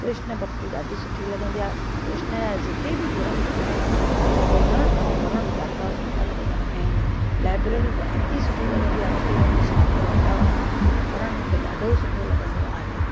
कृष्न भक्ती ॾाढी सुठी लॻंदी आहे कृष्न जा जेके बि ग्रंथ आहिनि मूंखे ॿुधणु ऐं पढ़णु ॾाढा सुठा लॻंदा आहिनि लायब्रेरी त अती सुठी लॻंदी आहे उते वञी शांति वातावरण में पढ़णु मूंखे ॾाढो ई सुठो लॻंदो आहे